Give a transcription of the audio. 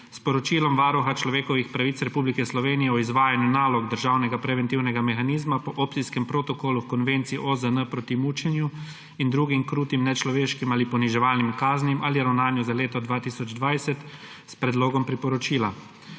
s Poročilom Varuha človekovih pravic Republike Slovenije o izvajanju nalog državnega preventivnega mehanizma po Opcijskem protokolu h Konvenciji OZN proti mučenju in drugim krutim, nečloveškim ali poniževalnim kaznim ali ravnanju za leto 2020 s Predlogom priporočila.